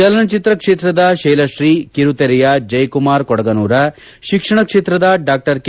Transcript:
ಚಲನಚಿತ್ರ ಕ್ಷೇತ್ರದ ಶೈಲಶ್ರೀ ಕಿರುತೆರೆಯ ಜಯಕುಮಾರ್ ಕೊಡಗನೂರ ಶಿಕ್ಷಣ ಕ್ಷೇತ್ರದ ಡಾ ಕೆ